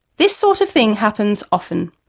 this sort of thing happens often.